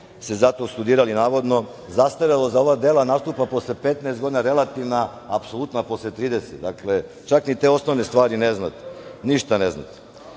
ste zato studirali navodno, zastarelost za ove dela nastupa posle 15 godina relativna, a apsolutna posle 30. Dakle, čak ni te osnovne stvari ne znate. Ništa ne znate. Što